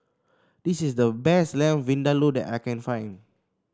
this is the best Lamb Vindaloo that I can find